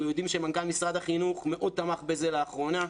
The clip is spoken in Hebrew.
אנחנו יודעים שמנכ"ל משרד החינוך מאוד תמך בזה לאחרונה,